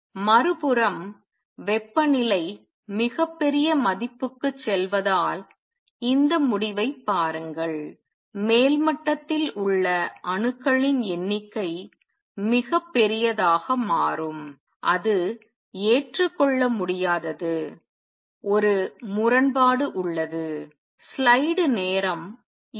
மறுபுறம் வெப்பநிலை மிகப் பெரிய மதிப்புக்குச் செல்வதால் இந்த முடிவைப் பாருங்கள் மேல்மட்டத்தில் உள்ள அணுக்களின் எண்ணிக்கை மிகப் பெரியதாக மாறும் அது ஏற்றுக்கொள்ள முடியாதது ஒரு முரண்பாடு உள்ளது